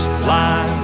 fly